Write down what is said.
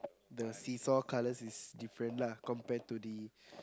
the see saw colours is different lah compared to the